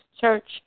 Church